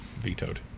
vetoed